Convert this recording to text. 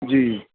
جی